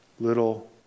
little